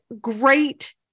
great